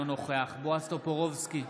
אינו נוכח בועז טופורובסקי,